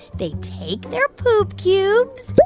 they take their poop cubes,